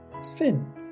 Sin